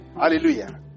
hallelujah